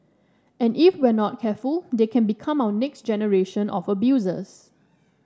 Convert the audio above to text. and if we are not careful they can become our next generation of abusers